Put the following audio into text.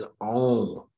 own